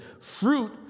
Fruit